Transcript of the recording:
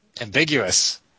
ambiguous